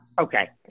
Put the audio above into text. Okay